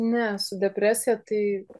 ne su depresija tai